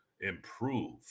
improve